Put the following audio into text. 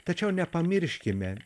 tačiau nepamirškime